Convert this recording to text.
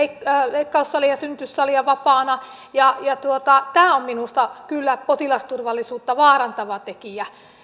leikkaussalia synnytyssalia vapaana tämä on minusta kyllä potilasturvallisuutta vaarantava tekijä